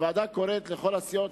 הוועדה קוראת לכל הסיעות,